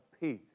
peace